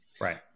right